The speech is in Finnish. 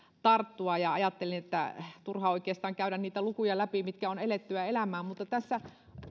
tarttua ajattelin että turhaa oikeastaan käydä niitä lukuja läpi mitkä ovat elettyä elämää mutta tässä